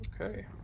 Okay